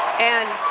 and